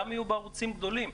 גם יהיו בערוצים גדולים.